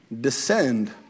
descend